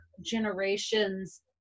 generation's